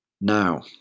Now